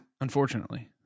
Unfortunately